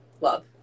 Love